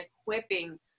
equipping